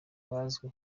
hazwi